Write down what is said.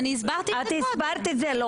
אני הסברתי את זה קודם.